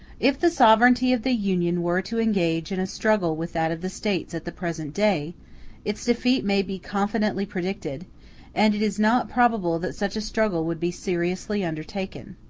if the sovereignty of the union were to engage in a struggle with that of the states at the present day its defeat may be confidently predicted and it is not probable that such a struggle would be seriously undertaken.